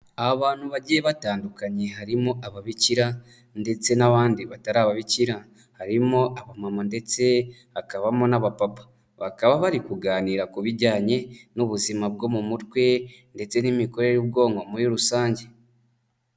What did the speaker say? Abantu bagiye batandukanye, harimo ababikira ndetse n'abandi batari ababikira, harimo abamama ndetse hakabamo n'abapapa, bakaba bari kuganira ku bijyanye n'ubuzima bwo mu mutwe ndetse n'imikorere y'ubwonko muri rusange.